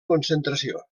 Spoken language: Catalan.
concentració